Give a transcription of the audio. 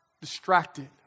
distracted